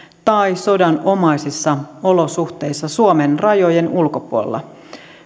tai sodanomaisissa olosuhteissa suomen rajojen ulkopuolella